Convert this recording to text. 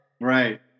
Right